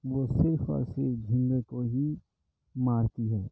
وہ صرف اور صرف جھینگے کو ہی مارتی ہے